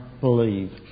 believe